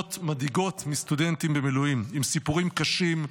מדאיגות מסטודנטים במילואים עם סיפורים קשים,